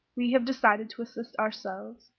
we have decided to assist ourselves.